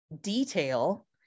detail